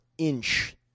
Inch